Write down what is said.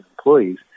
employees